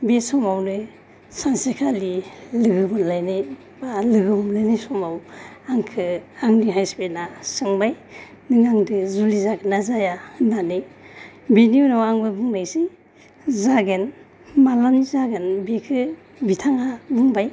बि समावनो सानसेखालि लोगोमोनलायनाय एबा लोगो हमलायनाय समाव आंखो आंनि हासबेना सोंबाय नों आंजों जुलि जागोनना जाया होननानै बिनि उनाव आंबो बुंनायसै जागोन माला जागोन बिखौ बिथाङा बुंबाय